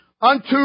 unto